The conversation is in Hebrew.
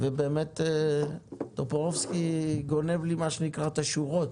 חבר הכנסת טופורובסקי גונב לי את השורות,